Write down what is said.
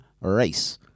race